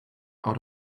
out